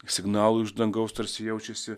signalų iš dangaus tarsi jaučiasi